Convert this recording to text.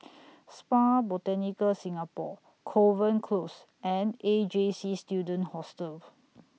Spa Botanica Singapore Kovan Close and A J C Student Hostel